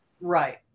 Right